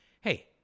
hey